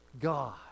God